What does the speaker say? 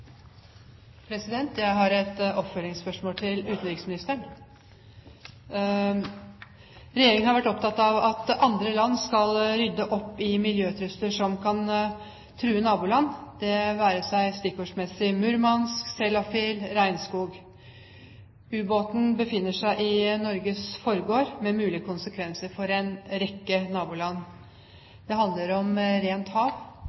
Jeg har et oppfølgingsspørsmål til utenriksministeren. Regjeringen har vært opptatt av at andre land skal rydde opp i miljøtrusler som kan true naboland, det være seg – stikkordsmessig – Murmansk, Sellafield, regnskog. Ubåten befinner seg i Norges forgård, med mulige konsekvenser for en rekke naboland. Det handler om rent hav.